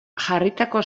jarritako